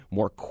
more